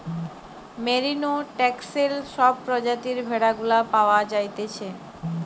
merino, Texel সব প্রজাতির ভেড়া গুলা পাওয়া যাইতেছে